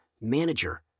manager